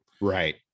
right